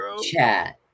Chat